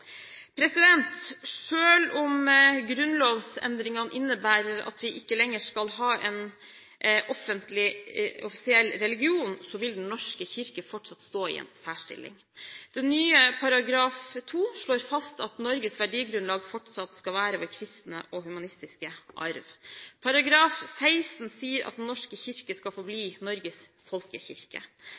om grunnlovsendringene innebærer at vi ikke lenger skal ha en offisiell religion, vil Den norske kirke fortsatt stå i en særstilling. Den nye § 2 slår fast at Norges verdigrunnlag fortsatt skal være den kristne og humanistiske arv. Paragraf 16 slår fast at Den norske kirke skal forbli Norges folkekirke,